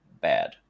bad